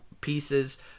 pieces